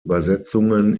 übersetzungen